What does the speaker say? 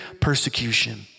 persecution